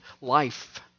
life